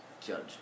Judge